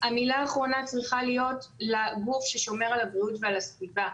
המילה האחרונה צריכה להיות לגוף ששומר על הבריאות ועל הסביבה.